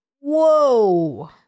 Whoa